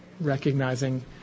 recognizing